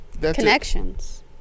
Connections